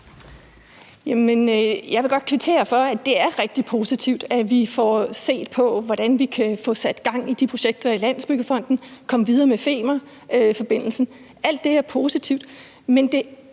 Jeg vil godt kvittere og sige, at det er rigtig positivt, at vi får set på, hvordan vi kan få sat gang i de projekter i Landsbyggefonden og komme videre med Femernforbindelsen. Alt det er positivt, men det